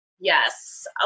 Yes